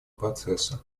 процесса